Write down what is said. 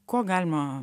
ko galima